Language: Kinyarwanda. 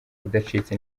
udacitse